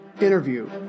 interview